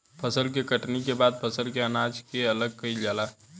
फसल के कटनी के बाद फसल से अनाज के अलग कईल जाला